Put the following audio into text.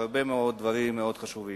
והרבה מאוד דברים מאוד חשובים.